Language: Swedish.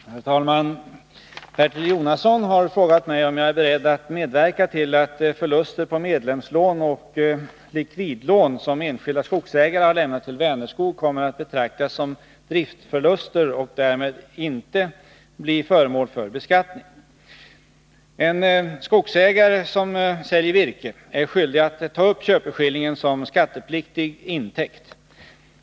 Herr talman! Bertil Jonasson har frågat mig om jag är beredd att medverka till att förluster på medlemslån och likvidlån som enskilda skogsägare har lämnat till Vänerskog kommer att betraktas som driftförluster och därmed inte bli föremål för beskattning. En skogsägare som säljer virke är skyldig att ta upp köpeskillingen som skattepliktig intäkt.